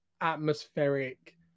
atmospheric